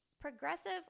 progressive